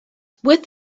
with